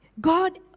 God